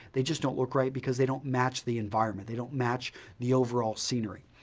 they just don't look great because they don't match the environment. they don't match the overall scenery.